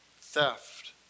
theft